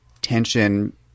tension